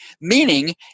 Meaning